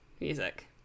music